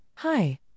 Hi